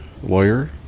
lawyer